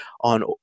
on